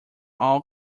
all